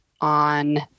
on